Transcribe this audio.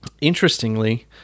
interestingly